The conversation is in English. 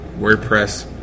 WordPress